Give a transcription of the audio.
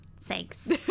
Thanks